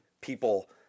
people